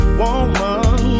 woman